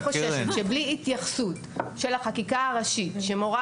אני חושבת שבלי התייחסות של החקיקה הראשית שמורה